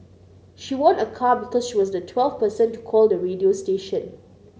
she won a car because she was the twelfth person to call the radio station